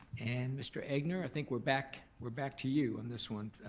and mr. egnor, i think we're back we're back to you on this one,